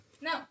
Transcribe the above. No